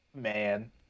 man